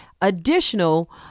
additional